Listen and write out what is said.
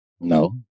No